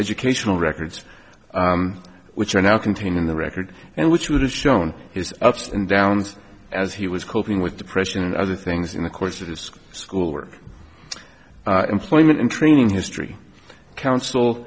educational records which are now contained in the record and which would have shown his ups and downs as he was coping with depression and other things in the course of his schoolwork employment and training history coun